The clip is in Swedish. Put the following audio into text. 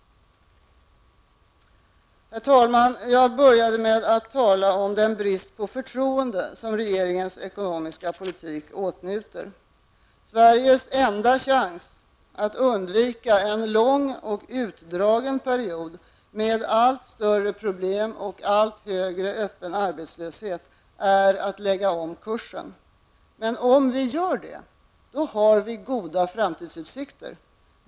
Herr talman! Jag började med att tala om den brist på förtroende som regeringens ekonomiska politik åtnjuter. Sveriges enda chans att undvika en lång och utdragen period med allt större problem och allt högre öppen arbetslöshet är att lägga om kursen. Men om vi gör det har vi goda framtidsutsikter.